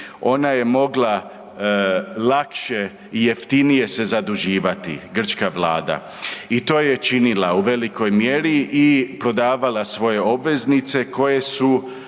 ona je mogla lakše i jeftinije se zaduživati, grčka vlada i to je činila u velikoj mjeri i prodavala svoje obveznice koje su